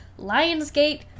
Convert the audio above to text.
Lionsgate